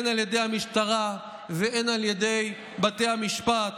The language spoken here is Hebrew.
הן על ידי המשטרה והן על ידי בתי המשפט.